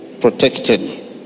protected